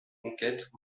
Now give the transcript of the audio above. conquêtes